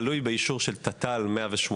זה תלוי באישור של תת"ל 118,